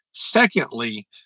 Secondly